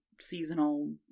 seasonal